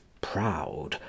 proud